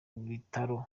bitaro